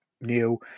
new